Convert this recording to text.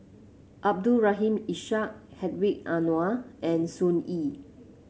Abdul Rahim Ishak Hedwig Anuar and Sun Yee